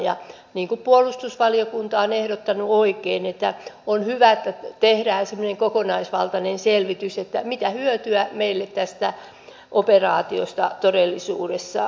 ja niin kuin puolustusvaliokunta on ehdottanut oikein on hyvä että tehdään semmoinen kokonaisvaltainen selvitys mitä hyötyä meille tästä operaatiosta todellisuudessa on